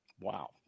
Wow